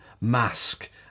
mask